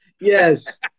Yes